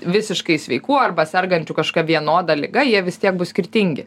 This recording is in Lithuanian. visiškai sveikų arba sergančių kažkokia vienoda liga jie vis tiek bus skirtingi